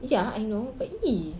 ya I know but !ee!